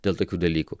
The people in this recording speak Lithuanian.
dėl tokių dalykų